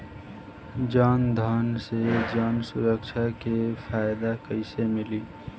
जनधन से जन सुरक्षा के फायदा कैसे मिली?